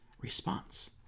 response